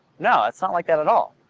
no, it's not like that at all.